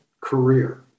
career